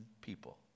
people